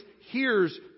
hears